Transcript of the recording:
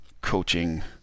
coaching